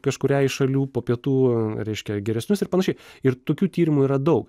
kažkuriai iš šalių po pietų reiškia geresnius ir panašiai ir tokių tyrimų yra daug